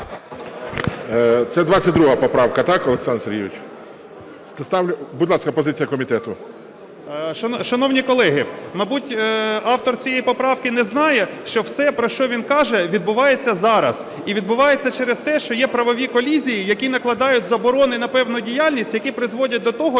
Це 22 поправка, так, Олександр Сергійович? Будь ласка, позиція комітету. 14:07:15 КИСИЛЕВСЬКИЙ Д.Д. Шановні колеги, мабуть, автор цієї поправки не знає, що все, про що він каже, відбувається зараз. І відбувається через те, що є правові колізії, які накладають заборони на певну діяльність, які призводять до того,